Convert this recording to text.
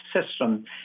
system